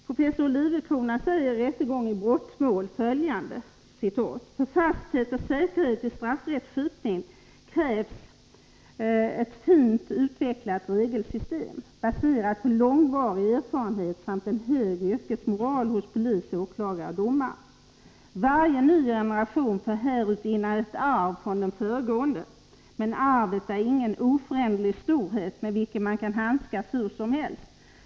Professor K. Olivecrona säger i Rättegång i brottmål följande: ”För fasthet och säkerhet i straffrättskipningen krävs ett fint utvecklat regelsystem, baserat på långvarig erfarenhet samt en hög yrkesmoral hos polis, åklagare och domare. Varje ny generation får härutinnan ett arv från den föregående. Men arvet är ingen oföränderlig storhet med vilken man kan handskas hur som helst.